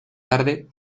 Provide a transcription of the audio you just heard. tarde